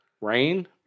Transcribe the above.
Rain